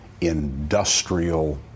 industrial